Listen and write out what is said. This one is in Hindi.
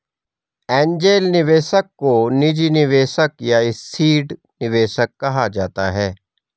एंजेल निवेशक को निजी निवेशक या सीड निवेशक कहा जाता है